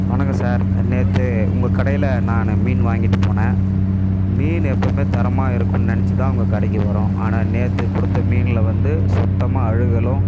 வணக்கம் சார் நேற்று உங்கள் கடையில் நான் மீன் வாங்கிட்டு போனேன் மீன் எப்போவுமே தரமாக இருக்குன்னு நினச்சு தான் உங்கள் கடைக்கு வரோம் ஆனால் நேற்று கொடுத்த மீனில் வந்து சுத்தமாக அழுகலும்